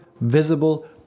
visible